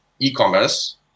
e-commerce